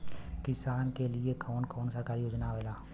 किसान के लिए कवन कवन सरकारी योजना आवेला?